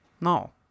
No